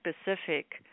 specific